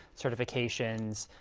sort of vacations,